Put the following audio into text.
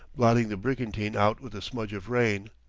blotting the brigantine out with a smudge of rain.